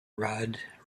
rudd